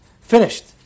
Finished